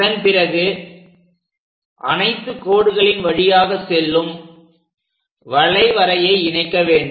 அதன்பிறகு அனைத்து கோடுகளின் வழியாக செல்லும் வளைவரையை இணைக்க வேண்டும்